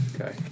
Okay